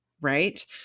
right